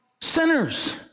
sinners